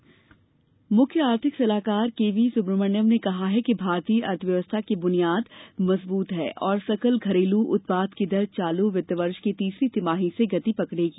सुब्रमण्यन अर्थव्यवस्था मुख्य आर्थिक सलाहकार केवीसुब्रमण्यन ने कहा है कि भारतीय अर्थव्यवस्था की बुनियाद मजबूत हैं और सकल घरेलू उत्पाद की दर चालू वित्त वर्ष की तीसरी तिमाही से गति पकड़ेगी